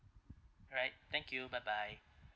alright thank you bye bye